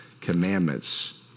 commandments